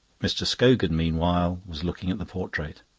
mr. scogan, meanwhile, was looking at the portrait.